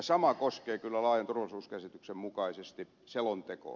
sama koskee kyllä laajan turvallisuuskäsityksen mukaisesti selontekoa